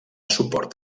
suport